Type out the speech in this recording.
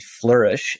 flourish